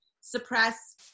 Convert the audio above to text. suppress